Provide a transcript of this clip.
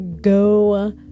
go